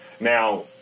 Now